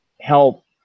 help